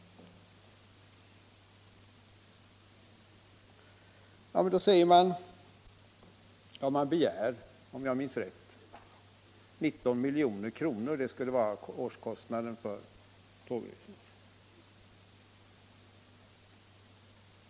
Om jag minns rätt begär SJ 19 milj.kr., motsvarande årskostnaden för den aktuella tågtrafiken.